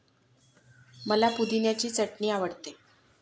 मला पुदिन्याची चटणी आवडते